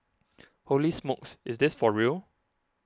holy smokes is this for real